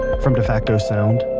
from defacto sound,